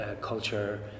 culture